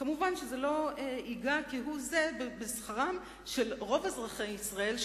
אבל אותה רפורמה לא תיטיב כהוא-זה עם שכרם של רוב אזרחי ישראל,